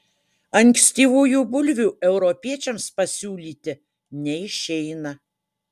ankstyvųjų bulvių europiečiams pasiūlyti neišeina